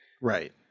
Right